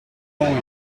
going